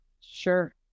Sure